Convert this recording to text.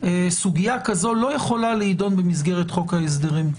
סוגיה כזו לא יכולה להידון במסגרת חוק ההסדרים,